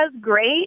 great